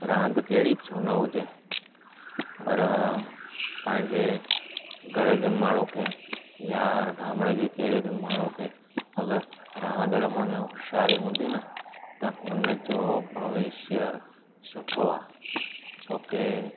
रांदि कहिड़ी बि छो न हुजे पर पंहिंजे घर जे माण्हू खे या ॻामड़नि जे कहिड़े बि माण्हू खे अगरि रांदि रमण में हुशियारी हूंदी न त उनजो भविष्य सुठो आहे छो कि